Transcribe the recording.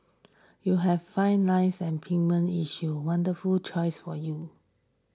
you have fine lines and issues wonderful choice for you